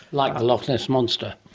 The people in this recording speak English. like the loch ness monster.